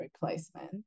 replacement